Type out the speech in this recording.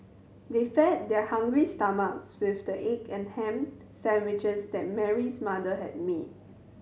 they fed their hungry stomachs with the egg and ham sandwiches that Mary's mother had made